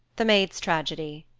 the maids tragedy,